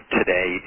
today